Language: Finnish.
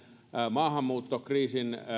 maahanmuuttokriisin